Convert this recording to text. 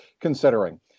considering